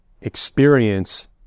experience